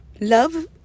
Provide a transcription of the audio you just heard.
Love